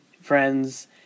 friends